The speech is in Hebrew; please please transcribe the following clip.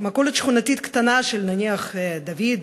מכולת שכונתית קטנה של, נניח, דוד,